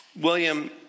William